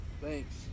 Thanks